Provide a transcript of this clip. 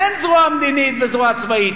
אין זרוע מדינית וזרוע צבאית,